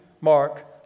Mark